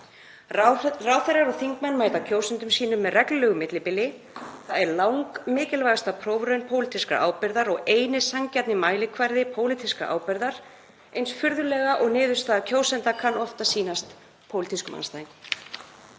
Ráðherrar og þingmenn mæta kjósendum sínum með reglulegu millibili. Það er langmikilvægasta prófraun pólitískrar ábyrgðar og eini sanngjarni mælikvarði pólitískrar ábyrgðar, eins furðulega og niðurstaða kjósenda kann oft að virðast pólitískum andstæðingum.